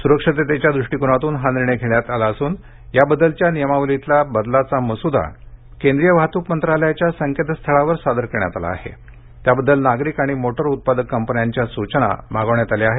सुरक्षिततेच्या दृष्टिकोनातून हा निर्णय घेण्यात आला असून याबददलच्या नियमावलीतला बदलाचा मस्दा केंद्रीय वाहतूक मंत्रालयाच्या संकेतस्थळावर सादर करण्यात आला असून त्याबद्दल नागरिक आणि मोटार उत्पादक कंपन्यांच्या सूचना मागवण्यात आल्या आहेत